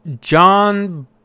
John